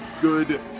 good